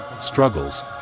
struggles